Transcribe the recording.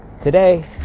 Today